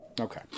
Okay